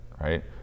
Right